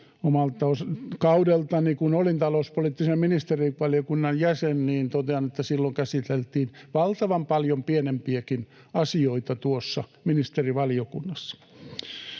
Kaudeltani, kun olin talouspoliittisen ministerivaliokunnan jäsen, totean, että silloin käsiteltiin valtavan paljon pienempiäkin asioita tuossa ministerivaliokunnassa.